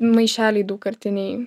maišeliai daugkartiniai